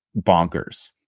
bonkers